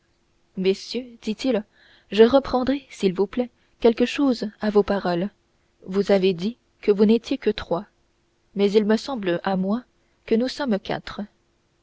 messieurs dit-il je reprendrai s'il vous plaît quelque chose à vos paroles vous avez dit que vous n'étiez que trois mais il me semble à moi que nous sommes quatre